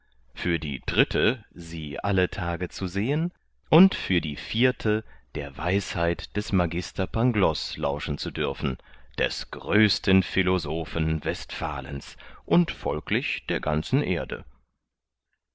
für die dritte sie alle tage zu sehen und für die vierte der weisheit des magister pangloß lauschen zu dürfen des größten philosophen westfalens und folglich der ganzen erde